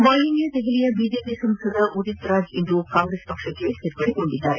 ವಾಯುವ್ಯ ದೆಹಲಿಯ ಬಿಜೆಪಿ ಸಂಸದ ಉದಿತ್ ರಾಜ್ ಇಂದು ಕಾಂಗ್ರೆಸ್ ಪಕ್ಷಕ್ಕೆ ಸೇರ್ಪಡೆಯಾಗಿದ್ದಾರೆ